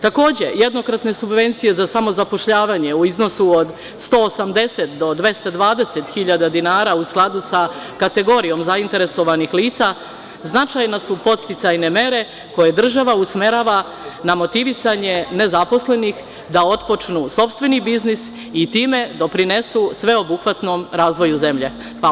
Takođe, jednokratne subvencije za samozapošljavanje u iznosu od 180-220 hiljada dinara, kategorijom zainteresovanih lica, značajne su podsticajne mere koje država usmerava na motivisanje nezaposlenih, da otpočnu sopstveni biznis i time doprinesu sveobuhvatnom razvoju zemlje.